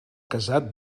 casat